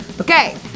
Okay